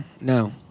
No